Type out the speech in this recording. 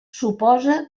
suposa